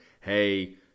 Hey